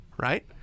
Right